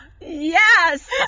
Yes